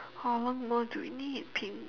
how long more do we need team